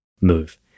move